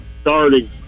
starting